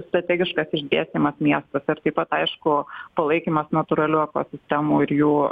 strategiškas išdėstymas miestuose ir taip pat aišku palaikymas natūralių ekosistemų ir jų